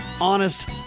honest